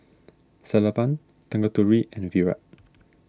Sellapan Tanguturi and Virat